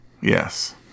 Yes